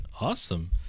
Awesome